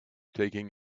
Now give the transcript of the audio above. taking